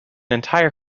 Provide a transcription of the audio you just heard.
entire